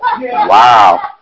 Wow